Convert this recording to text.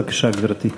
בבקשה, גברתי.